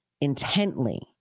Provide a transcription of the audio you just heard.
intently